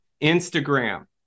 Instagram